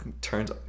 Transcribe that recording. turns